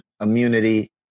immunity